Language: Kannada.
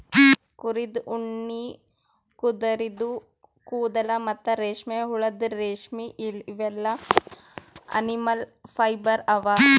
ಕುರಿದ್ ಉಣ್ಣಿ ಕುದರಿದು ಕೂದಲ ಮತ್ತ್ ರೇಷ್ಮೆಹುಳದ್ ರೇಶ್ಮಿ ಇವೆಲ್ಲಾ ಅನಿಮಲ್ ಫೈಬರ್ ಅವಾ